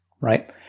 right